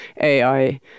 AI